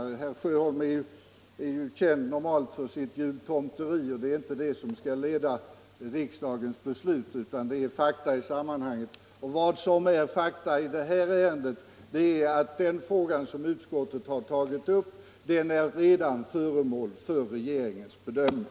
Herr Sjöholm är ju normalt känd för sitt jultomteri, men det är inte detta som skall leda riksdagens beslut utan det är fakta i sammanhanget. Och fakta i det här ärendet är, att den fråga utskottet har tagit upp redan är föremål för regeringens bedömning.